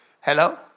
Hello